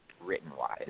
written-wise